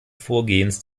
vorgehens